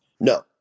No